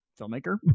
filmmaker